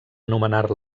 anomenar